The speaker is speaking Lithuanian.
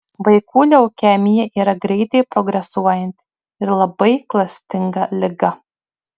vaikų leukemija yra greitai progresuojanti ir labai klastinga liga